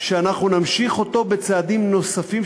שאנחנו נמשיך אותו בצעדים נוספים,